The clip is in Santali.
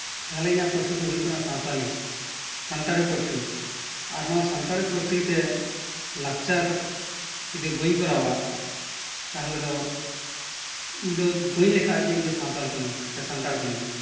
ᱛᱟᱦᱞᱮ ᱤᱧᱟᱹᱜ ᱯᱟᱹᱨᱥᱤ ᱫᱚ ᱦᱩᱭᱩᱜ ᱠᱟᱱᱟ ᱥᱟᱶᱛᱟᱞᱤ ᱥᱟᱱᱛᱟᱲᱤ ᱯᱟᱹᱨᱥᱤ ᱟᱨ ᱱᱚᱣᱟ ᱥᱟᱱᱛᱟᱲᱤ ᱯᱟᱹᱨᱥᱤ ᱛᱮ ᱞᱟᱠᱪᱟᱨ ᱡᱩᱫᱤ ᱵᱟᱹᱧ ᱠᱚᱨᱟᱣᱟ ᱛᱟᱦᱞᱮ ᱫᱚ ᱤᱧᱫᱚ ᱵᱟᱹᱧ ᱞᱮᱠᱷᱟᱜᱼᱟ ᱡᱮ ᱤᱧᱫᱚ ᱥᱟᱶᱛᱟᱞ ᱠᱟᱱᱟᱧ ᱥᱮ ᱥᱟᱱᱛᱟᱲ ᱠᱟᱹᱱᱟᱹᱧ